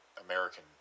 American